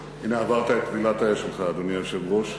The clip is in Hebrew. עברת את טבילת האש שלך, אדוני היושב-ראש.